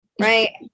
right